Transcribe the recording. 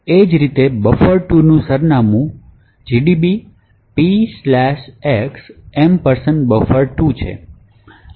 એ જ રીતે બફર 2 નું સરનામું gdb p x buffer2 છે